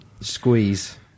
squeeze